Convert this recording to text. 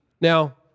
Now